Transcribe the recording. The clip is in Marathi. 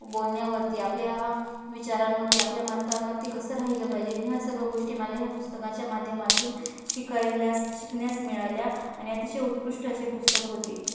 बोलण्यावरती आपल्या हा विचारांवरती आपल्या मतांवरती कसं राहिलं पाहिजे ह्या सर्व गोष्टी मला ह्या पुस्तकाच्या माध्यमातून शिकल्यास शिकण्यास मिळाल्या आणि अतिशय उत्कृष्ट असे पुस्तक होते